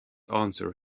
answer